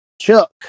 Chuck